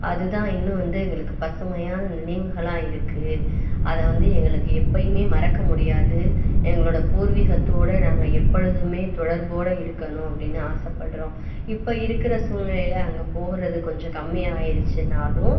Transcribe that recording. அது தான் இன்னும் வந்து எங்களுக்கு பசுமையான நினைவுகளாக இருக்குது அதை வந்து எங்களுக்கு எப்போயுமே மறக்க முடியாது எங்களோடய பூர்வீகத்தோடு நாங்கள் எப்பொழுதுமே தொடர்போடு இருக்கணும் அப்படின்னு ஆசைப்படுறோம் இப்போ இருக்கிற சூழ்நிலையில் அங்கே போகிறது கொஞ்சம் கம்மியாக ஆயிருச்சுனாலும்